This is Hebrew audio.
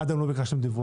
עד היום לא ביקשתם דיווח